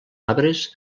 arbres